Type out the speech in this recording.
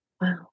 wow